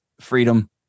freedom